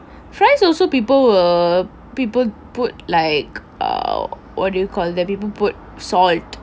fries also people ah people put like err what do you call that people put salt